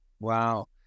Wow